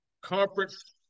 conference